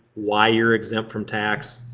why you're exempt from tax.